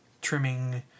trimming